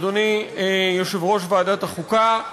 אדוני יושב-ראש ועדת החוקה.